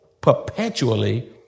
perpetually